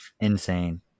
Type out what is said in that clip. insane